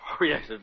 yes